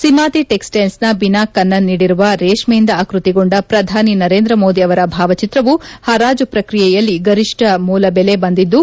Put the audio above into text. ಸಿಮಾತಿ ಟಿಕ್ಸ್ಟಿಟ್ಸ್ನ ಬೀನಾ ಕನ್ನನ್ ನೀಡಿರುವ ರೇಷ್ನೆಯಿಂದ ಆಕ್ಕತಿಗೊಂಡ ಪ್ರಧಾನಿ ನರೇಂದ್ರಮೋದಿ ಅವರ ಭಾವಚಿತ್ರವು ಹರಾಜು ಪ್ರಕ್ರಿಯೆಯಲ್ಲಿ ಗರಿಷ್ನ ಮೂಲ ಬೆಲೆ ಬಂದಿದ್ದು